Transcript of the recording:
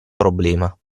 problema